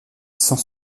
sans